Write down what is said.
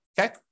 okay